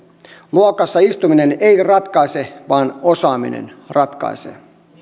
luokassa istuminen ei ratkaise vaan osaaminen ratkaisee